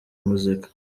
muzika